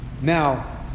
Now